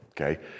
okay